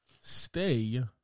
Stay